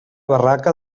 barraca